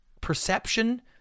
perception